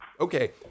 Okay